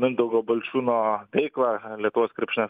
mindaugo balčiūno veiklą lietuvos krepšinio